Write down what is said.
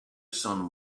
son